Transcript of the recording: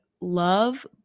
love